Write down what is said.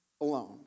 alone